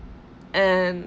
and